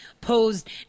posed